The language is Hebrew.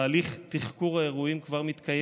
תהליך תחקור האירועים כבר מתקיים,